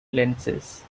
lenses